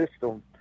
system